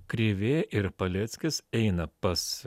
krėvė ir paleckis eina pas